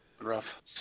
Rough